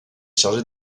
chargé